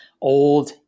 Old